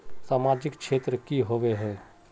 सामाजिक क्षेत्र की होबे है?